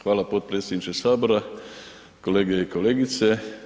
Hvala potpredsjedniče Sabora, kolege i kolegice.